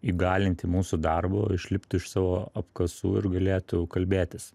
įgalinti mūsų darbu išliptų iš savo apkasų ir galėtų kalbėtis